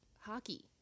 hockey